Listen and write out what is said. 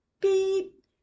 beep